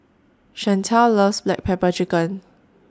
Chantel loves Black Pepper Chicken